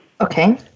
Okay